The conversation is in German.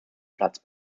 platz